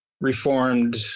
Reformed